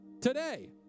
today